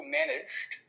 managed